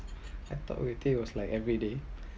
I thought waiting was like everyday